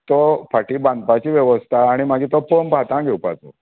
तो फाटी बांदपाची व्यवस्था आनी मागीर तो पंप हातान घेवपाचो